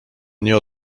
nie